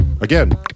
again